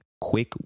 Quick